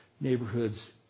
neighborhoods